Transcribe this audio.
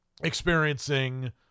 experiencing